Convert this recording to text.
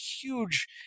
huge